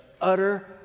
utter